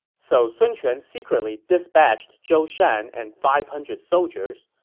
so sun quan secretly dispatched zhou shan and five hundred soldiers.